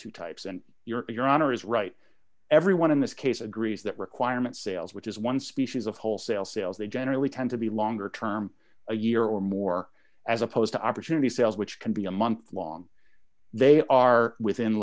two types and your your honor is right everyone in this case agrees that requirement sales which is one species of wholesale sales they generally tend to be longer term a year or more as opposed to opportunity sales which can be a month long they are within